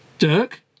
Dirk